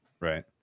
right